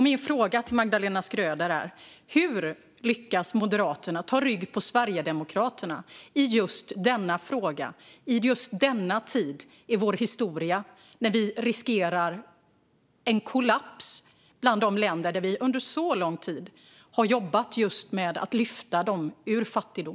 Min fråga till Magdalena Schröder är: Hur lyckas Moderaterna ta rygg på Sverigedemokraterna i just denna fråga i just denna tid i vår historia, när vi riskerar en kollaps bland de länder som vi under så lång tid har jobbat med att lyfta ur fattigdom?